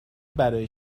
برای